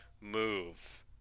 move